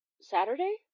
Saturday